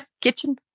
kitchen